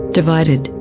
divided